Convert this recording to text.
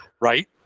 Right